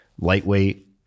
lightweight